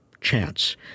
chance